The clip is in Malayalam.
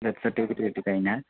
ഡെത്ത് സർട്ടിഫിക്കറ്റ് കിട്ടിക്കഴിഞ്ഞാൽ